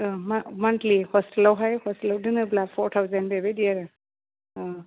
ओं मान्थलि हस्टेलावहाय हस्टेलाव दोनोब्ला फरथावसेन्ड बेबायदि आरो ओं